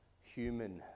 human